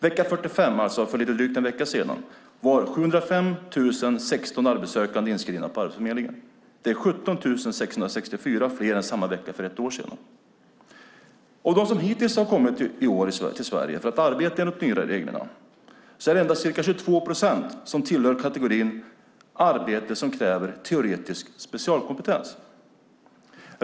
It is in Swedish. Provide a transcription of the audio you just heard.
Vecka 45, alltså för lite drygt en vecka sedan, var 705 016 arbetssökande inskrivna på Arbetsförmedlingen. Det är 17 664 fler än samma vecka för ett år sedan. Av dem som hittills i år kommit till Sverige för att arbeta enligt de nya reglerna tillhör endast ca 22 procent kategorin arbete som kräver teoretisk specialkompetens.